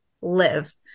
live